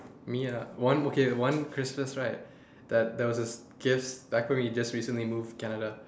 me ah one okay one Christmas right there there was this gifts back when we just recently moved to Canada